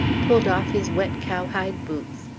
pulled off his wet cowhide boots,